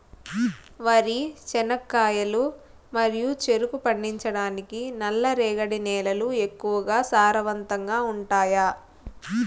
వరి, చెనక్కాయలు మరియు చెరుకు పండించటానికి నల్లరేగడి నేలలు ఎక్కువగా సారవంతంగా ఉంటాయా?